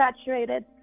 saturated